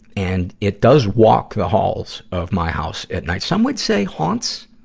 and it does walk the halls of my house at night. some would say haunts?